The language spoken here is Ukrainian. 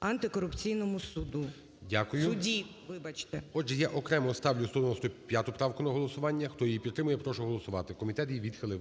антикорупційному суді". ГОЛОВУЮЧИЙ. Дякую. Отже, я окремо ставлю 195 правку на голосування. Хто її підтримує, прошу голосувати. Комітет її відхилив.